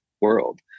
world